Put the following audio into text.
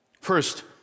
First